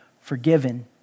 forgiven